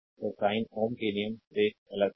तो sign Ohm के नियम से है